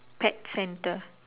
pet centre